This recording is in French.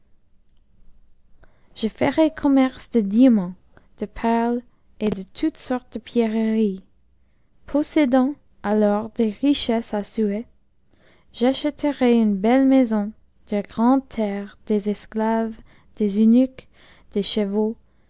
je ferai commerce de diamants de perles et de toute sorte de pierreries possédant alors des richesses à souhait j'acheterai une belle maison de grandes terres des esclaves des eunuques des